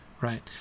right